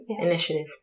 Initiative